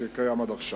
שקיים עד עכשיו.